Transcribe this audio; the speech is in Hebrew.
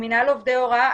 עם מנהל עובדי הוראה,